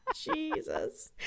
Jesus